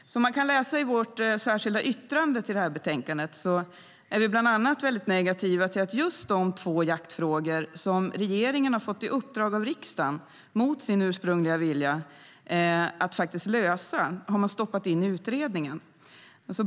Som man kan läsa i vårt särskilda yttrande till betänkandet är vi bland annat mycket negativa till att just de två jaktfrågor som regeringen mot sin ursprungliga vilja har fått i uppdrag av riksdagen att lösa har stoppats in i utredningen.